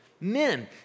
Men